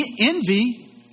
envy